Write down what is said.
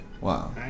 Wow